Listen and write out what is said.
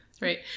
Right